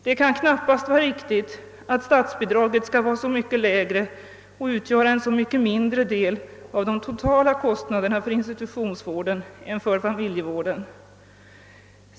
Det kan knappast vara riktigt att statsbidraget skall vara så mycket lägre och utgöra en så mycket mindre del av de totala kostnaderna för institutionsvården än för familjevården.